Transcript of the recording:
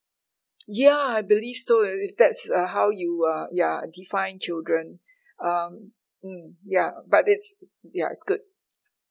ya I believe so uh that's uh how you uh ya define children um mm ya but it's ya it's good